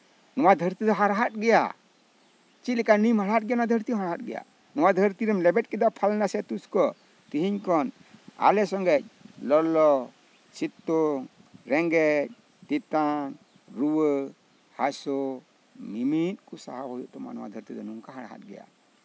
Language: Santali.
ᱱᱚᱣᱟ ᱫᱷᱟᱹᱨᱛᱤ ᱫᱚ ᱦᱟᱲᱦᱟᱫ ᱜᱮᱭᱟ ᱪᱮᱫ ᱞᱮᱠᱟ ᱱᱤᱢ ᱦᱟᱲᱦᱟᱫᱟ ᱚᱱᱠᱟ ᱜᱮᱭᱟ ᱱᱚᱣᱟ ᱫᱷᱟᱹᱨᱛᱤᱢ ᱞᱮᱵᱮᱫ ᱠᱮᱫᱟ ᱛᱤᱥ ᱠᱷᱚᱱ ᱛᱮᱦᱮᱧ ᱠᱷᱚᱱ ᱟᱞᱮ ᱥᱚᱝᱜᱮ ᱞᱚᱞᱚ ᱥᱤᱛᱩᱝ ᱨᱮᱸᱜᱮᱡ ᱛᱮᱛᱟᱝ ᱨᱩᱣᱟᱹ ᱦᱟᱹᱥᱩ ᱢᱤᱢᱤᱫᱛᱮ ᱥᱟᱦᱟᱣ ᱦᱩᱭᱩᱜ ᱛᱟᱢᱟ ᱱᱚᱣᱟ ᱫᱷᱟᱹᱨᱛᱤ ᱫᱚ ᱱᱚᱝᱠᱟ ᱦᱟᱲᱦᱟᱫ ᱜᱮᱭᱟ